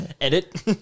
Edit